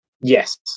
Yes